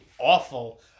awful